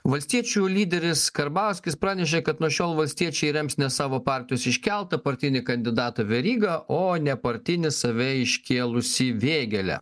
valstiečių lyderis karbauskis pranešė kad nuo šiol valstiečiai rems ne savo partijos iškeltą partinį kandidatą verygą o nepartinį save iškėlusį vėgėlę